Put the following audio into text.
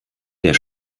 der